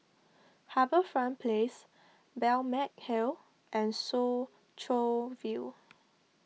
HarbourFront Place Balmeg Hill and Soo Chow View